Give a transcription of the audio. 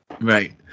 Right